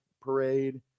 parade